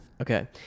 Okay